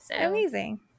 amazing